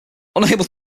unable